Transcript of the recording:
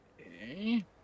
Okay